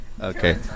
Okay